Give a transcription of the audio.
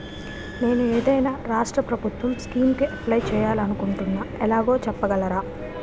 నేను ఏదైనా రాష్ట్రం ప్రభుత్వం స్కీం కు అప్లై చేయాలి అనుకుంటున్నా ఎలాగో చెప్పగలరా?